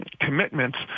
commitments